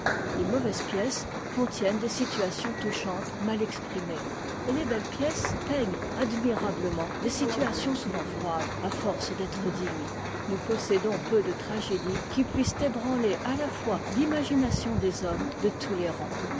les mauvaises pièces contiennent des situations touchantes mal exprimées et les belles pièces peignent admirablement des situations souvent froides à force d'être dignes nous possédons peu de tragé dies qui puissent ébranler à la fois l'imagination des hommes de tous les rangs